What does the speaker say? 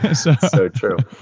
so true.